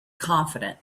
confident